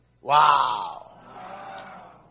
Wow